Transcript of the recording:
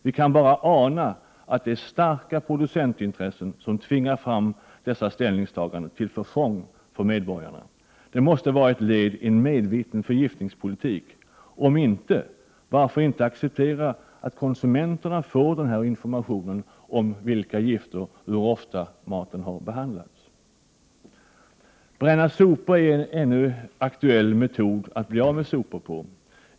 Vi kan bara ana att starka producentintressen tvingar fram dessa ställningstaganden till förfång för medborgarna. Det måste vara ett led i en medveten förgiftningspolitik. Om inte — varför inte acceptera att konsumen terna kan få denna information om gifter och hur ofta maten har behandlats? Sopförbränning är en fortfarande aktuell metod för att bli av med sopor.